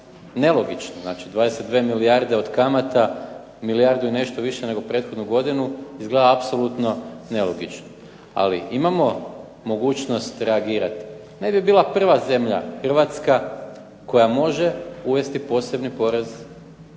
nelogično. Znači, 22 milijarde od kamata, milijardu i nešto više nego prethodnu godinu izgleda apsolutno nelogično. Ali imamo mogućnost reagirati. Ne bi bila prva zemlja Hrvatska koja može uvesti posebni porez.